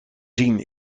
zien